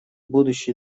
будущий